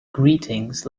greetings